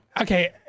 Okay